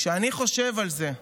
כשאני חושב על זה,